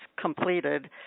completed